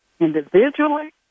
individually